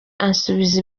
ansubiza